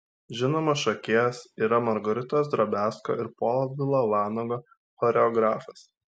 žinomas šokėjas yra margaritos drobiazko ir povilo vanago choreografas